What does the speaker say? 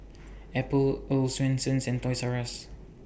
Apple Earl's Swensens and Toys R US